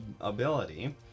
ability